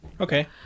Okay